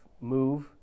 move